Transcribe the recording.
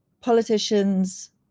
politicians